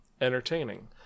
entertaining